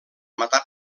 matar